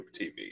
TV